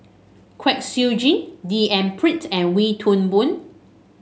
Kwek Siew Jin D N Pritt and Wee Toon Boon